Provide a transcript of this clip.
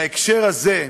בהקשר הזה,